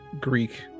Greek